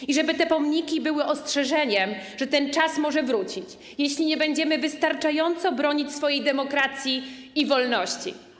I żeby te pomniki były ostrzeżeniem, że ten czas może wrócić, jeśli nie będziemy wystarczająco bronić swojej demokracji i wolności.